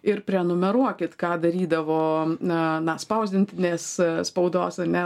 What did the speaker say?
ir prenumeruokit ką darydavo na na spausdintinės spaudos ar ne